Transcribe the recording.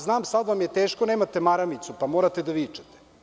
Znam da vam je sada teško, nemate maramicu pa morate da vičete.